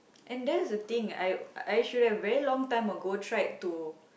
and that's the thing I I should have very long time ago tried to